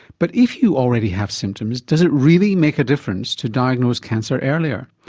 but if you already have symptoms does it really make a difference to diagnose cancer earlier?